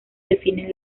definen